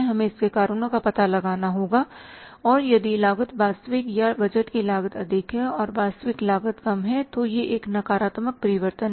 हमें इसके कारणों का पता लगाना होगा और यदि लागत वास्तविक है या बजट की लागत अधिक है और वास्तविक लागत कम है तो यह एक नकारात्मक परिवर्तन है